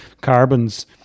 carbons